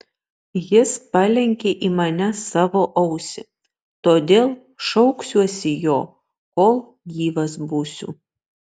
jis palenkė į mane savo ausį todėl šauksiuosi jo kol gyvas būsiu